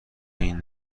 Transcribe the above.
این